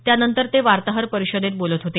त्यानंतर ते वार्ताहर परिषदेत बोलत होते